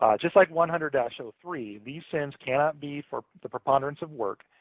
um just like one hundred ah so three, these sin's cannot be for the preponderance of work,